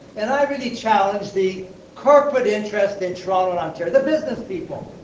and i really challenge the corporate interests in toronto and ontario, the business people.